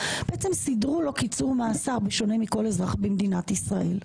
סידרו לו קיצור מאסר בשונה מכל אזרח במדינת ישראל.